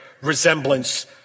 resemblance